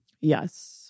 Yes